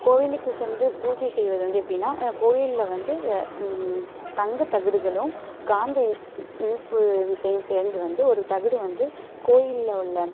கோவிலுக்கு சென்று பூஜை செய்வது வந்து எப்படின்னா கோவிலில் வந்து தங்கத்தகடுகளும் காந்த இ இழுப்பு விசையும் சேர்ந்து வந்து ஒரு தகடு வந்து கோயிலில் உள்ள